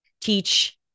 teach